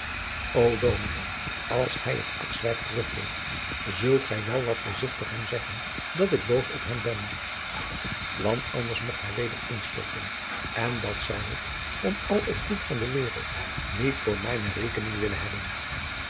ô dominé als gij het akswijk teruggeeft zult gij wel wat voorzigtig hem zeggen dat ik boos op hem ben want anders mogt hij weder instorten en dat zou ik om al het goed van de wereld niet voor mijne rekening willen hebben